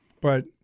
But-